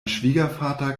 schwiegervater